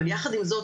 אבל יחד עם זאת,